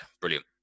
brilliant